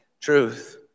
truth